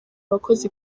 abakozi